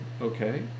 okay